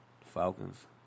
Falcons